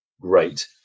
great